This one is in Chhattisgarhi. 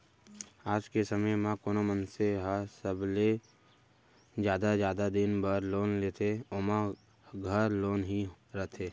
आज के समे म कोनो मनसे ह सबले जादा जादा दिन बर लोन लेथे ओमा घर लोन ही रथे